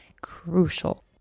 crucial